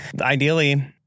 ideally